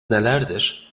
nelerdir